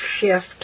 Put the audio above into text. shift